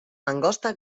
mangosta